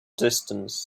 distance